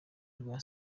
rwa